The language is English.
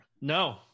No